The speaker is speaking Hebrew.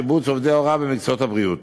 שיבוץ עובדי הוראה במקצועות הבריאות.